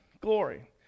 glory